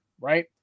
right